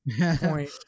point